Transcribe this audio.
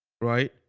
right